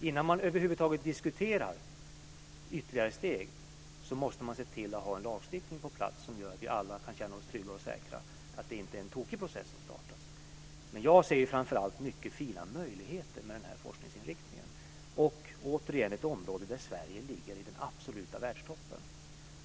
Innan man över huvud taget diskuterar ytterligare steg måste man se till att det finns en lagstiftning som gör att vi alla kan känna oss trygga och säkra och att det inte är en tokig process som startas. Men jag ser framför allt mycket fina möjligheter med denna forskningsinriktning. Det är ett område där Sverige ligger i den absoluta världstoppen.